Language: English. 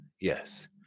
yes